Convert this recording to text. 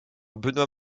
benoit